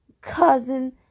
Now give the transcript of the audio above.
cousin